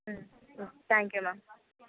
ம் hmm thank you ma'am